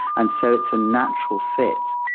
and so it's a natural fit.